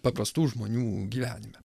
paprastų žmonių gyvenime